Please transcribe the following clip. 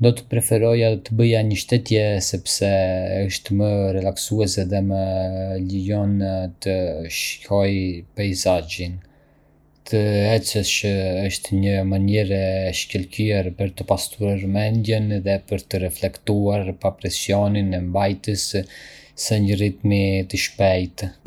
Do të preferoja të bëja një shëtitje sepse është më relaksuese dhe më lejon të shijoj peisazhin. Të ecësh është një mënyrë e shkëlqyer për të pastruar mendjen dhe për të reflektuar, pa presionin e mbajtjes së një ritmi të shpejtë.